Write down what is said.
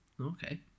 Okay